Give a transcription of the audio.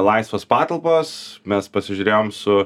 laisvos patalpos mes pasižiūrėjom su